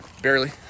Barely